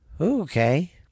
Okay